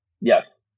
Yes